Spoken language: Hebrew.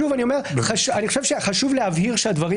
שוב אני אומר שאני חושב שחשוב להבהיר שהדברים